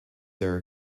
are